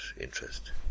interest